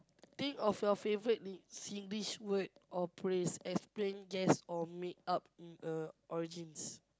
think of your favourite ni~ Singlish word or praise explain guess or make up in uh origins